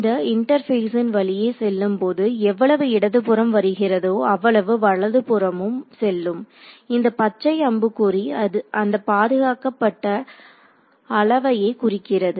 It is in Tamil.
இந்த இன்டர்பேசின் வழியே செல்லும்போது எவ்வளவு இடதுபுறம் வருகிறதோ அவ்வளவு வலதுபுறமும் செல்லும் இந்த பச்சை அம்புக்குறி அந்த பாதுகாக்கப்பட்ட அளவையே குறிக்கிறது